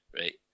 right